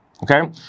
Okay